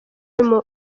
uri